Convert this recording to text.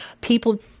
People